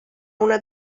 una